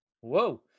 Whoa